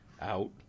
out